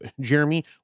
Jeremy